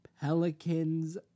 Pelicans